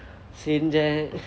செஞ்சேன்:senchen